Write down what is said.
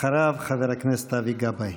אחריו, חבר הכנסת אבי גבאי.